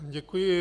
Děkuji.